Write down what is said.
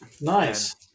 Nice